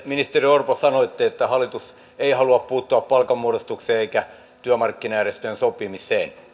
ministeri orpo sanoitte että hallitus ei halua puuttua palkanmuodostukseen eikä työmarkkinajärjestöjen sopimiseen